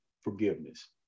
forgiveness